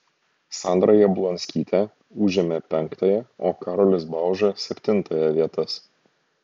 sandra jablonskytė užėmė penktąją o karolis bauža septintąją vietas